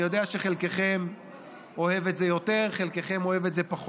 אני יודע שחלקכם אוהב את זה יותר וחלקכם פחות,